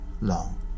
long